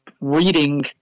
reading